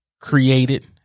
created